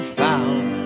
found